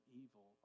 evil